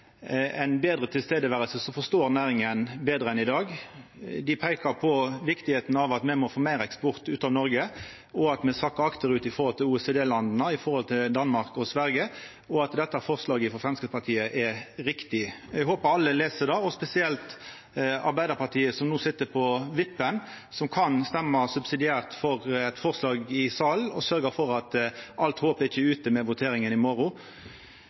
forstår næringa betre enn i dag. Dei peikar på viktigheita av at me må få meir eksport ut av Noreg, at me sakkar akterut i forhold til OECD-landa, av dei Danmark og Sverige, og at dette forslaget frå Framstegspartiet er riktig. Eg håper alle les det, spesielt Arbeidarpartiet, som no sit på vippen og kan stemma subsidiært for eit forslag i salen og sørgja for at alt håp ikkje er ute med voteringa i morgon.